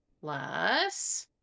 plus